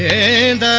and